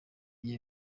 igihe